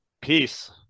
peace